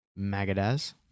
magadaz